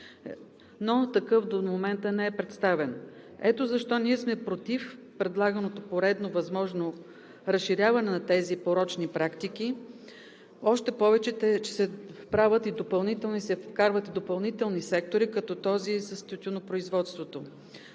Такъв до момента не е представен. Ето защо ние сме против предлаганото поредно възможно разширяване на тези порочни практики, още повече че се вкарват и допълнителни сектори като този с тютюнопроизводството.